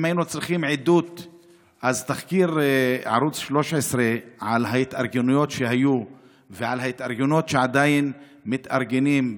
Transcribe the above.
אז תחקיר ערוץ 13 על ההתארגנויות שהיו ועל ההתארגנות שעדיין מתארגנים,